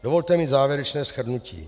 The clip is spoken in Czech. Dovolte mi závěrečné shrnutí: